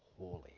holy